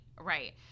right